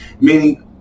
meaning